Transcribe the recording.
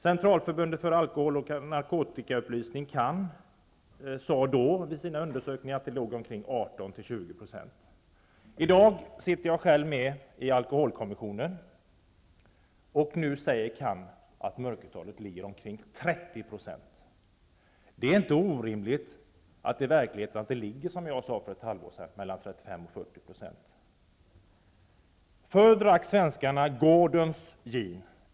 Centralförbundet för alkohol och narkotikaupplysning, CAN, sade då vid sina undersökningar att det var 18--20 %. I dag sitter jag själv med i alkoholkommissionen, och nu säger CAN att mörkertalet är omkring 30 %. Det är inte orimligt att det i verkligheten är mellan 35 och 40 %, som jag sade för ett halvår sedan. Förr drack svenskarna Gordons gin.